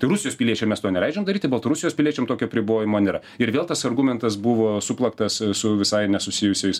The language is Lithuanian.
tai rusijos piliečiam mes to neleidžiam daryti baltarusijos piliečiam tokio apribojimo nėra ir vėl tas argumentas buvo suplaktas su visai nesusijusiais